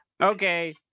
Okay